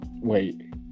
Wait